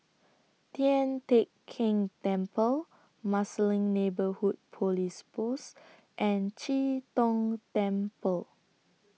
Tian Teck Keng Temple Marsiling Neighbourhood Police Post and Chee Tong Temple